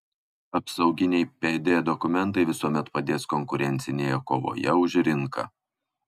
apsauginiai pd dokumentai visuomet padės konkurencinėje kovoje už rinką